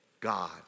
God